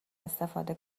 استفاده